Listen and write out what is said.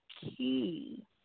key